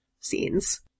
scenes